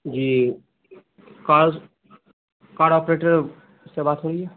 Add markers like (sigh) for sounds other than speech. جی کہاں سے کالا (unintelligible) سے بات ہو رہی ہے